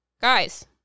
Guys